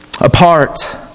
apart